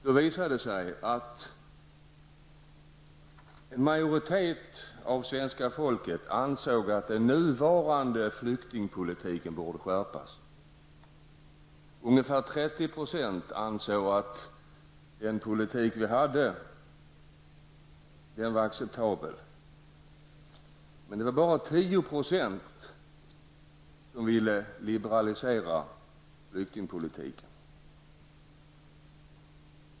Då visade det sig att en majoritet av svenska folket ansåg att den nuvarande flyktingpolitiken borde skärpas. Ungefär 30 % ansåg att den politik vi hade var acceptabel. Bara 10 % ville liberalisera flyktingpolitiken.